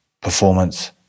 performance